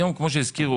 היום כמו שהזכירו,